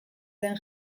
den